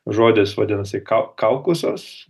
žodis vadinasi ką kaukusios